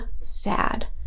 sad